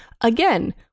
again